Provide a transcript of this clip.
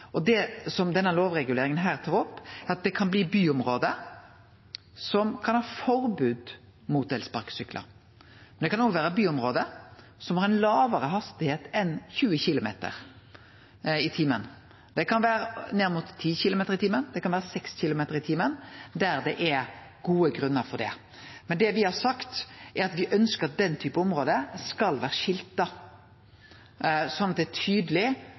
Det som denne lovreguleringa her tar opp, er at det kan bli byområde som kan ha forbod mot elsparkesyklar. Det kan også vere byområde som har lågare hastigheit enn 20 km/t. Det kan vere ned mot 10 km/t, det kan vere 6 km/t, der det er gode grunnar for det. Men det me har sagt, er at me ønskjer at den typen område skal vere skilta, slik at det er tydeleg